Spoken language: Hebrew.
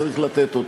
צריך לתת אותו.